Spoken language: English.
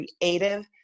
creative